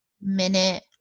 minute